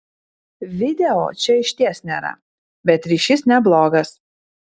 video čia išties nėra bet ryšys neblogas